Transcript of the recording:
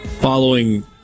Following